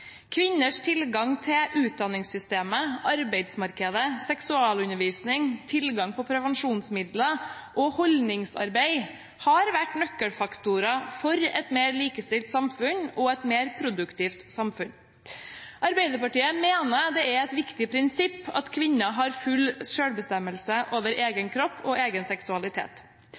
Kvinners tilgang til utdanningssystemet og arbeidsmarkedet, seksualundervisning, tilgang til prevensjonsmidler og holdningsarbeid har vært nøkkelfaktorer for et mer likestilt samfunn og et mer produktivt samfunn. Arbeiderpartiet mener det er et viktig prinsipp at kvinner har full selvbestemmelse over